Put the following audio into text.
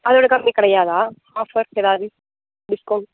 அதை விட கம்மி கிடையாதா ஆஃபர்ஸ் எதாவது டிஸ்கவுண்ட்